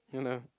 ya lah